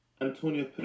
Antonio